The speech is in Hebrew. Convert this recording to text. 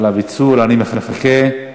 אני מחכה.